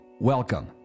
Welcome